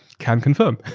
can confirm.